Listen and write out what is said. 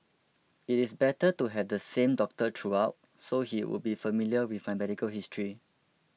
it is better to have the same doctor throughout so he would be familiar with my medical history